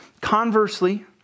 conversely